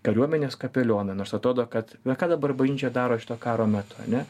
kariuomenės kapelioną nors atrodo kad na ką dabar bažnyčia daro šito karo metu ar ne